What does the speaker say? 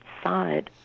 side